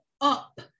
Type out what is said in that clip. up